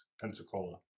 pensacola